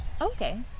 Okay